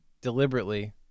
Deliberately